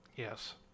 Yes